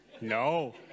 No